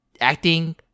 acting